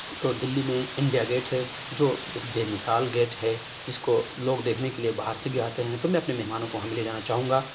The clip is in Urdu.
تو دلّی میں انڈیا گیٹ ہے جو ایک بے مثال گیٹ ہے جس کو لوگ دیکھنے کے لیے باہر سے بھی آتے ہیں تو میں اپنے مہمانوں کو وہاں بھی لے جانا چاہوں گا